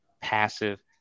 passive